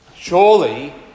Surely